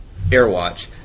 AirWatch